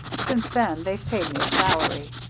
since then they've paid me a salary.